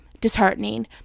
disheartening